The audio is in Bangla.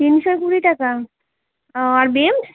তিনশো কুড়ি টাকা ও আর বীনস